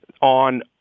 on